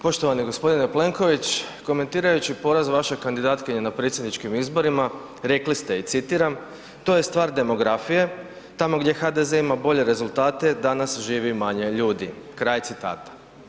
Poštovani gospodine Plenković komentirajući poraz vaše kandidatkinje na predsjedničkim izborima rekli ste i citiram: „To je stvar demografije, tamo gdje HDZ ima bolje rezultate danas živi manje ljudi.“ kraj citata.